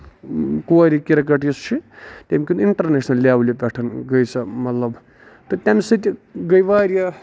کورِ کِرکٹ یُس چھُ تٔمۍ کٔر اِنٹرنیشنل لیؤلہِ پٮ۪ٹھ گٔے سۄ مطلب تہٕ تَمہِ سۭتۍ گے واریاہ